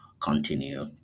continue